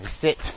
sit